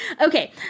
Okay